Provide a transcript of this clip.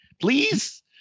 Please